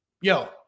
yo